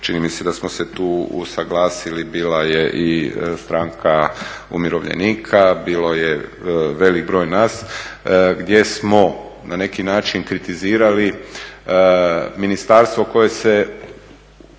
čini mi se da smo se tu usuglasili, bila je i stranka umirovljenika, bilo je velik broj nas gdje smo na neki način kritizirali ministarstvo koje se